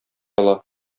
ала